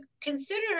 consider